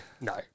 no